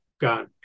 got